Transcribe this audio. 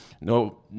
No